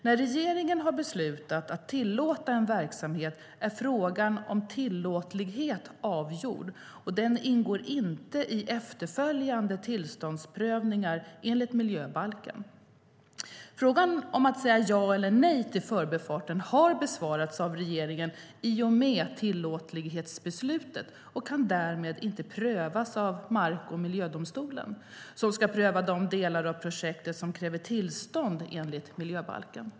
När regeringen har beslutat att tillåta en verksamhet är frågan om tillåtlighet avgjord, och den ingår inte i efterföljande tillståndsprövningar enligt miljöbalken. Frågan om att säga ja eller nej till förbifarten har besvarats av regeringen i och med tillåtlighetsbeslutet och kan därmed inte prövas av mark och miljödomstolen, som ska pröva de delar av projektet som kräver tillstånd enligt miljöbalken.